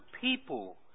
people